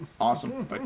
Awesome